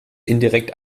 indirekt